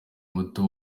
muto